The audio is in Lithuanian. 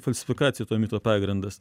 falsifikacija to mito pagrindas